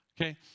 Okay